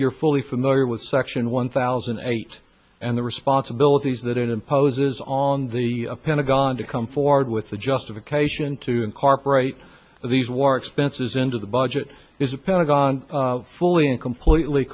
you're fully familiar with section one thousand eight and the responsibilities that it imposes on the pentagon to come forward with the justification to incorporate these war expenses into the budget is the pentagon fully and completely